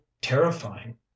terrifying